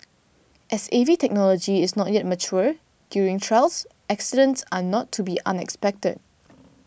as A V technology is not yet mature during trials accidents are not to be unexpected